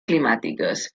climàtiques